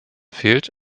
fehlt